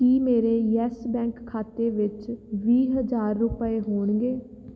ਕੀ ਮੇਰੇ Yes Bank ਖਾਤੇ ਵਿੱਚ ਵੀਹ ਹਜ਼ਾਰ ਰੁਪਏ ਹੋਣਗੇ